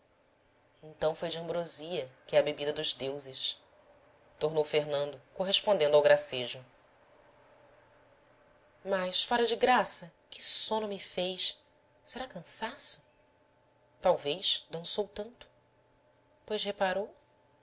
então foi de ambrosia que é a bebida dos deuses tornou fernando correspondendo ao gracejo mas fora de graça que sono me fez será cansaço talvez dançou tanto pois reparou